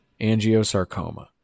angiosarcoma